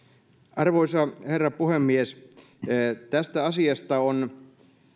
arvoisa herra puhemies tästä asiasta on